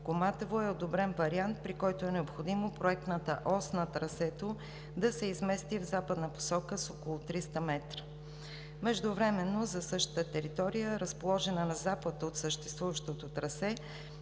„Коматево“, е одобрен вариант, при който е необходимо проектната ос на трасето да се измести в западна посока с около 300 м. Междувременно за същата територия, разположена на запад от съществуващото трасе,